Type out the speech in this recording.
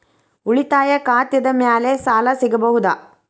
ಉಳಿತಾಯ ಖಾತೆದ ಮ್ಯಾಲೆ ಸಾಲ ಸಿಗಬಹುದಾ?